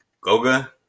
Goga